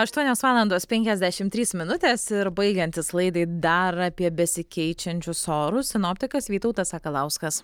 aštuonios valandos penkiasdešim trys minutės ir baigiantis laidai dar apie besikeičiančius orus sinoptikas vytautas sakalauskas